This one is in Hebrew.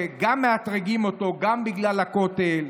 שמאתרגים אותו גם בגלל הכותל,